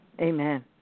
Amen